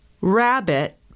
rabbit